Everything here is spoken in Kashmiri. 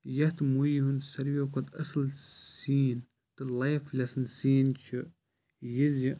یَتھ مُووِی ہُنٛد سارویو کھۄتہٕ اَصٕل سِیٖن تہٕ لایِف لیٚسَن سِیٖن چھِ یہِ زِ